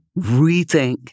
rethink